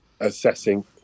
assessing